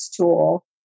tool